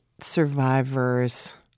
survivors